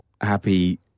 happy